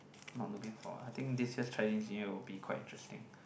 not looking for I think this year's Chinese New Year will be quite interesting